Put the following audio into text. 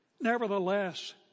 Nevertheless